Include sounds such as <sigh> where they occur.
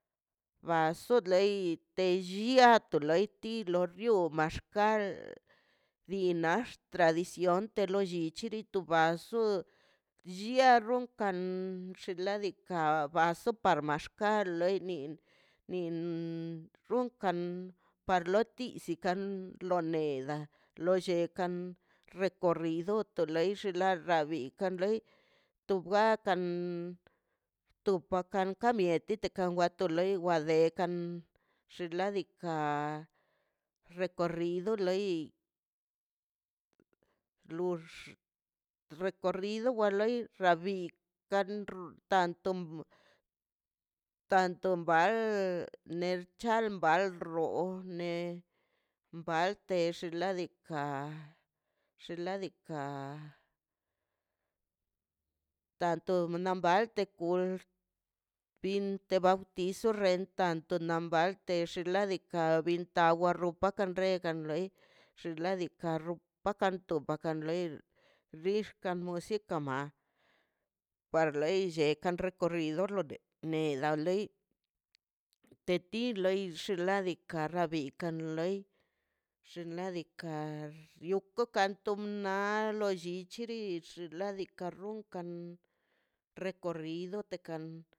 Baso lei te llia te loiti lor rio o maxkal dinax tradición per lo llichili baso llia runkan xinladika abaso par maxkal leini runkan tiisikan loi neda lollekan recorrido loixe da bikan loi tu wakan tu pakan to mieti kan wato lei xinladika recorrido loi lux re corrido wa loi rabikan rtanto tanto bal nel cha ban rro ne baltex xnaꞌ diikaꞌ xinladika da to balde kul pinte bautizo rent tanto na mbalte xinladika biltawa rupa kandel kan lei xinladika loi bakanto ban lei xixkan <noise> ma para le llenka kan lei neda lei teti lei xladika bikan loi xnaꞌ diikaꞌ okanto na lo llichiri xinladika runkan recorrido te kan.